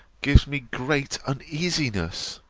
gives me great uneasiness.